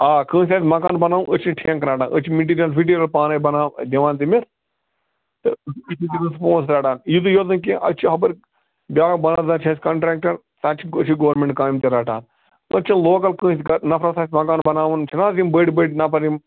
آ کٲنٛسہِ آسہِ مکان بَناوُن أسۍ چھِ ٹھٮ۪کہٕ رَٹان أسۍ چھِ مِٹیٖریَل وِٹیٖریَل پانے بَناو دِوان تٔمِس تہٕ أسۍ چھِ تٔمِس پۅنٛسہٕ رَٹان یِتُے یوٚت نہٕ کیٚنٛہہ اَسہِ چھِ ہُپٲرۍ بیٛاکھ بازرا چھِ اَسہِ کَنٹرٛٮ۪کٹر تَتہِ چھِ أسی چھِ گورمِنٹ کامہِ تہِ رَٹان أسۍ چھِ لوکَل کٲنٛسہِ نَفرَس آسہِ مکان بَناوُن چھِنہٕ حظ یِم بٔڈۍ بٔڈۍ نَفر یِم